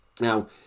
Now